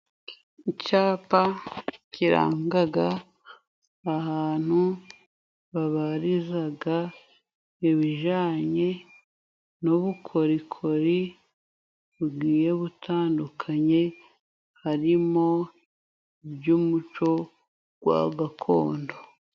Icyapa kiranga ahantu babariza ibijyanye n'ubukorikori bugiye butandukanye, harimo n'umuco wa gakondo.